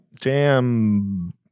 jam